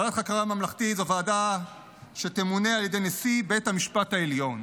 ועדת חקירה ממלכתית זאת ועדה שתמונה על ידי נשיא בית המשפט העליון.